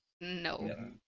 No